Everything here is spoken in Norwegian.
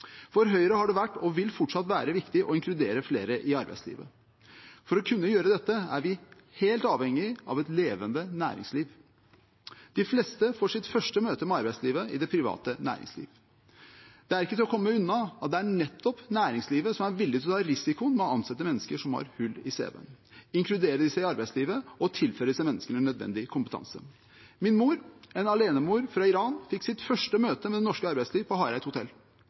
For Høyre har det vært og vil fortsatt være viktig å inkludere flere i arbeidslivet. For å kunne gjøre dette er vi helt avhengig av et levende næringsliv. De fleste får sitt første møte med arbeidslivet i det private næringsliv. Det er ikke til å komme unna at det er nettopp næringslivet som er villig til å ta risikoen ved å ansette mennesker som har hull i cv-en, inkludere dem i arbeidslivet og tilføre disse menneskene nødvendig kompetanse. Min mor, en alenemor fra Iran, fikk sitt første møte med det norske arbeidslivet på Hareid hotell.